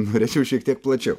norėčiau šiek tiek plačiau